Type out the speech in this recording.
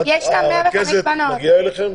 הרכזת מגיעה אליכם?